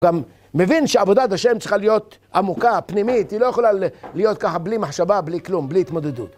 גם מבין שעבודת השם צריכה להיות עמוקה, פנימית, היא לא יכולה להיות ככה בלי מחשבה, בלי כלום, בלי התמודדות.